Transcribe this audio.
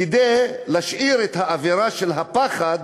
כדי להשאיר אצל היהודים את האווירה של הפחד